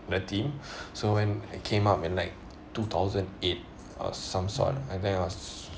the team so when I came up at like two thousand eight or some sort I think I was